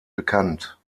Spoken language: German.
bekannt